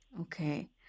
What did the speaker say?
Okay